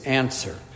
answer